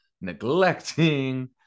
neglecting